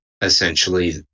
essentially